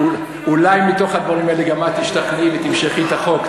אולי מתוך הדברים האלה גם את תשתכנעי ותמשכי את החוק.